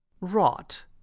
Rot